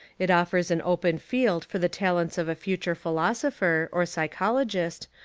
it offers an open field for the talents of a future philosopher, or psychologist,